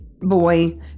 boy